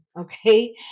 okay